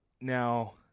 Now